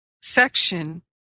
section